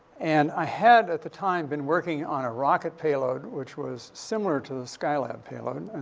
and i had, at the time, been working on a rocket payload, which was similar to the skylab payload.